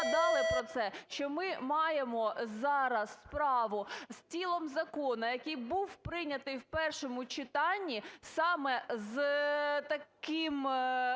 згадали про це, що ми маємо зараз справу з тілом закону, який був прийнятий в першому читанні саме з таким,